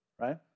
right